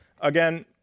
Again